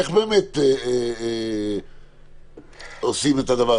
איך עושים את הדבר?